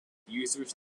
users